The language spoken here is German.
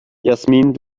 jasmin